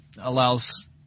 allows